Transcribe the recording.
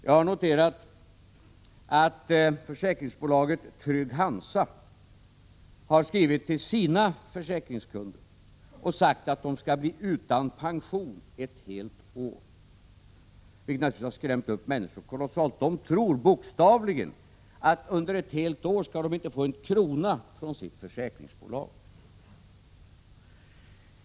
Jag har noterat att försäkringsbolaget Trygg-Hansa har skrivit till sina försäkringskunder och sagt att de skall bli utan pension ett helt år, vilket naturligtvis har skrämt upp människor kolossalt. De tror bokstavligen att de under ett helt år inte skall få en krona från sitt försäkringsbolag.